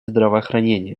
здравоохранения